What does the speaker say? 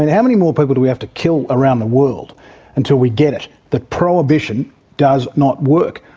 and how many more people do we have to kill around the world until we get it, that prohibition does not work?